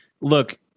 look